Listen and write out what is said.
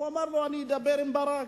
הוא אמר לו: אני אדבר עם ברק.